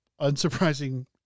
unsurprising